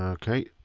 okay,